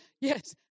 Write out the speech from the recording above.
yes